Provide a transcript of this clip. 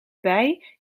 bij